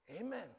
Amen